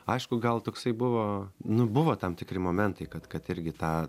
aišku gal toksai buvo nu buvo tam tikri momentai kad kad irgi tą